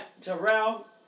Terrell